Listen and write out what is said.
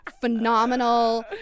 phenomenal